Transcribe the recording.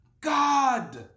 God